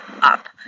up